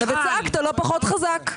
ואתה קיימת דיון וגרמת להם בצורה כזאת או אחרת.